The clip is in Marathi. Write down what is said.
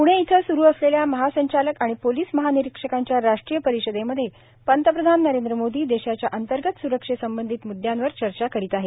पुणे इथं सुरू असलेल्या महासंचालक आणि पोलिस महानिरीक्षकांच्या राष्ट्रीय परिषदेमध्ये पंतप्रधान नरेंद्र मोदी देशाच्या अंतर्गत सुरक्षेसंबंधित मुद्यांवर चर्चा करीत आहेत